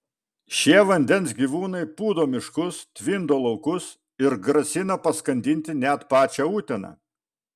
šie vandens gyvūnai pūdo miškus tvindo laukus ir grasina paskandinti net pačią uteną